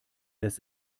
das